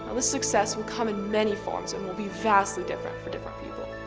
ah this success will come in many forms and will be vastly different for different people.